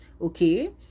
okay